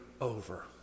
over